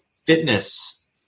fitness